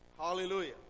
Hallelujah